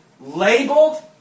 labeled